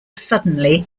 suddenly